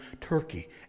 Turkey